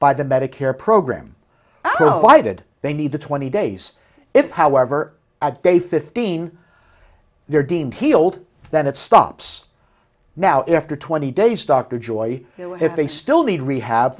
by the medicare program why did they need the twenty days if however a day fifteen they're deemed healed that it stops now after twenty days dr joye if they still need rehab